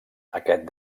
aquest